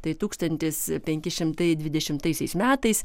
tai tūkstantis penki šimtai dvidešimtaisiais metais